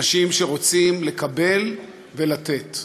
אנשים שרוצים לקבל ולתת.